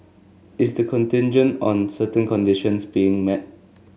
is the contingent on certain conditions being met